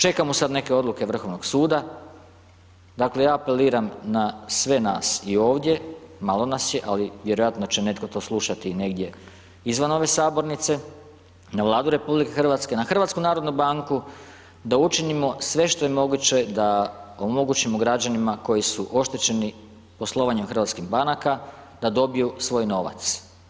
Čekamo sad neke odluke Vrhovnog suda, dakle, ja apeliram na sve nas i ovdje, malo nas je, ali vjerojatno će netko to slušati negdje izvan ove sabornice, na Vladu RH, na HNB, da učinimo sve što je moguće da omogućimo građanima koji su oštećeni poslovanjem hrvatskih banaka, da dobiju svoj novac.